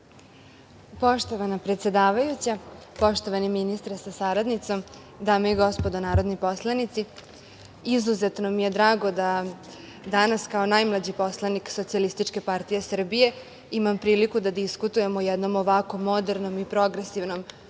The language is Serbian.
Poštovana predsedavajuća, poštovani ministre sa saradnicom, dame i gospodo narodni poslanici, izuzetno mi je drago da danas kao najmlađi poslanik Socijalističke partije Srbije imam priliku da diskutujem o jednom ovako modernom i progresivnom